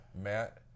Matt